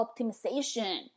optimization